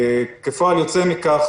כפועל יוצא מכך,